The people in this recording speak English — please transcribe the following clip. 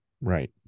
Right